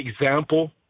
example